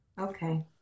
Okay